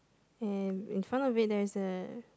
and in front of it there is a